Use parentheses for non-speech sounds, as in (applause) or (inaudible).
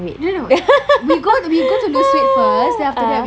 no no (laughs) ah